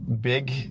big